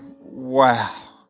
wow